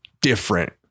different